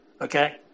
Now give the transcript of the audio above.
okay